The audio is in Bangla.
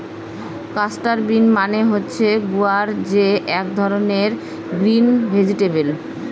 ক্লাস্টার বিন মানে হচ্ছে গুয়ার যে এক ধরনের গ্রিন ভেজিটেবল